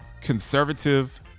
conservative